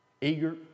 Eager